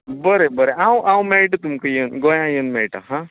बरें बरें हांव हांव मेळटां तुमकां गोंयान येयन मेळटा हा